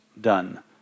done